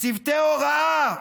צוותי הוראה,